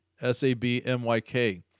S-A-B-M-Y-K